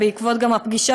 גם בעקבות הפגישה